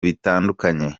bitandukanye